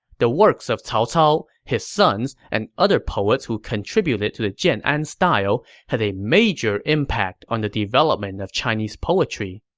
the works of cao cao, his sons, and other poets who contributed to the jian'an and style had a major impact on the development of chinese poetry.